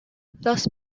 thus